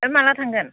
माला थांगोन